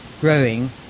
growing